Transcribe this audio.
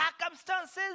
circumstances